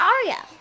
Aria